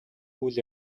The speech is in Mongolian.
үйл